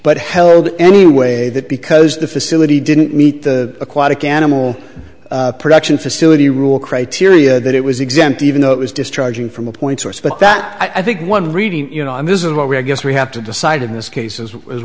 but held anyway that because the facility didn't meet the aquatic animal production facility rule criteria that it was exempt even though it was discharging from a point source but that i think one reading you know i'm this is what we're guess we have to decide in this case as